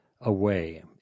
away